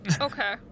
Okay